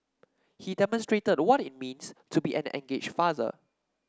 he demonstrated what it means to be an engaged father